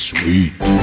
Sweet